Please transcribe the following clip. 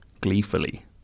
gleefully